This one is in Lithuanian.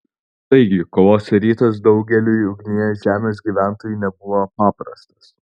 taigi kovos rytas daugeliui ugnies žemės gyventojų nebuvo paprastas